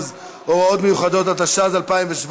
(הוראות מיוחדות), התשע"ז 2017,